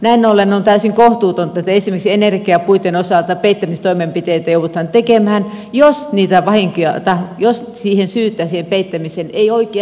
näin ollen on täysin kohtuutonta että esimerkiksi energiapuitten osalta peittämistoimenpiteitä joudutaan tekemään jos syytä siihen peittämiseen ei oikeasti ole